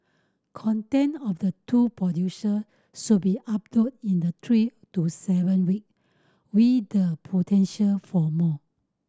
content of the two producer should be uploaded in the three to seven week with the potential for more